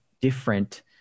different